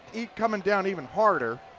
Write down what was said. coming down even harder.